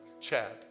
Chad